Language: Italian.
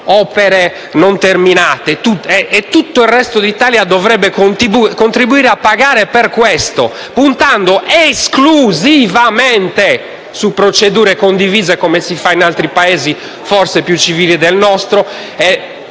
opere non terminate e tutto il resto d'Italia dovrebbe contribuire a pagare per questo, puntando esclusivamente su procedure condivise, come si fa in altri Paesi, forse più civili del nostro.